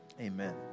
Amen